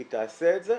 היא תעשה את זה,